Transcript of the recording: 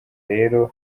rero